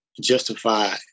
justify